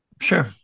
Sure